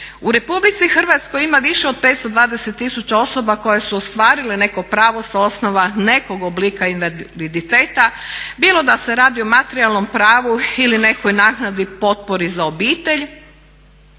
U RH ima više od 520 tisuća osoba koje su ostvarile neko pravo sa osnova nekog oblika invaliditeta bilo da se radi o materijalnom pravo ili nekoj naknadi, potpori za obitelj.